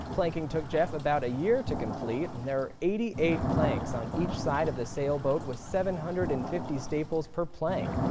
planking took jeff about a year to complete. and there are eighty eight planks on each side of the sailboat with seven hundred and fifty staples per plank.